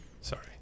Sorry